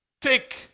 take